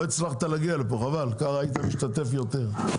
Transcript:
לא הצלחת להגיע לפה, חבל, כך היית משתתף יותר.